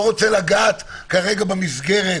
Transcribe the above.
לא רוצה לגעת כרגע במסגרת